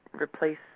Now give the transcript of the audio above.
replace